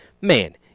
man